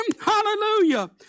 Hallelujah